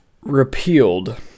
repealed